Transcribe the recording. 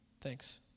thanks